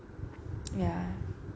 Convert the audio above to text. ya